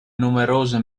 numerose